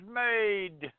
made